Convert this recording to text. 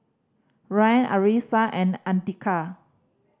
Ryan Arissa and Andika